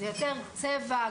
זה יותר צבע,